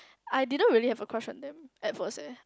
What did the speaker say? I didn't really have a crush on them at first eh